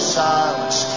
silence